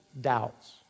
doubts